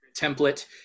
template